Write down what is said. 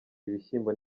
ibishyimbo